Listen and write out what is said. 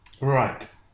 Right